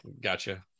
Gotcha